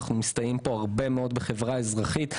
אנחנו מסתייעים פה הרבה מאוד בחברה האזרחית,